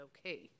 Okay